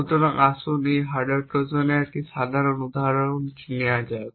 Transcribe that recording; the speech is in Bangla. সুতরাং আসুন একটি হার্ডওয়্যার ট্রোজানের একটি সাধারণ উদাহরণ নেওয়া যাক